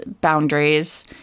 boundaries